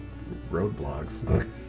roadblocks